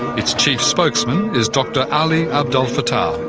its chief spokesman is dr ali abdel fattah,